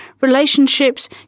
relationships